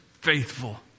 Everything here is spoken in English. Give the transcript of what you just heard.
faithful